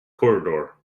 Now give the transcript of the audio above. corridor